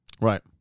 Right